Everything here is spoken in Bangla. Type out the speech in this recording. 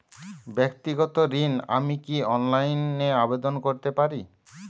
ব্যাক্তিগত ঋণ আমি কি অনলাইন এ আবেদন করতে পারি?